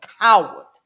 coward